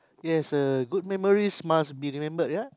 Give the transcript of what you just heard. yes uh good memories must be remembered ya